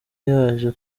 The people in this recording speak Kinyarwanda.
yaje